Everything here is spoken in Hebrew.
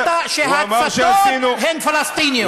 אתה טענת שההצתות הן פלסטיניות.